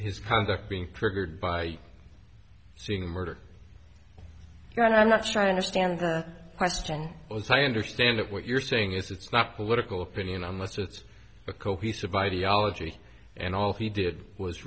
his conduct being triggered by seeing murder but i'm not sure i understand the question was i understand it what you're saying is it's not political opinion unless it's a cohesive ideology and all he did was